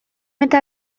eta